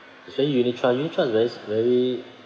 actually unit trust unit trust very s~ very